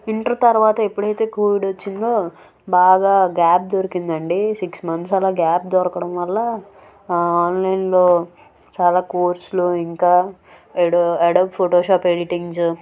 inter తర్వాత ఎప్పుడైతే covid వచ్చిందో బాగా గ్యాప్ దొరికిందండి సిక్స్ మంత్స్ అలా గ్యాప్ దొరకడం వల్ల ఆన్లైన్లో చాలా కోర్సులో ఇంకా అడోబ్ అడోబ్ ఫోటోషాప్ ఎడిటింగ్స్